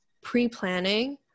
pre-planning